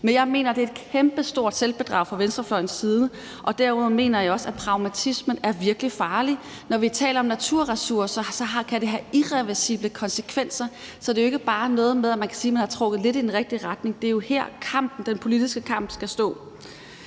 Men jeg mener, at det er et kæmpestort selvbedrag fra venstrefløjens side, og derudover mener jeg også, at pragmatismen er virkelig farlig. Når vi taler om naturressourcer, kan det have irreversible konsekvenser, så det er jo ikke bare noget med, at man kan sige, at man har trukket det lidt i den rigtige retning. Det er jo her den politiske kamp skal stå.